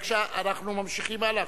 בבקשה, אנחנו ממשיכים הלאה.